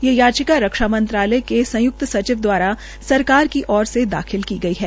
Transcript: ये याचिका रक्षा मंत्रालय के संयुक्त सचिव द्वारा सरकार की ओर से दाखिल की गई है